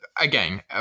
again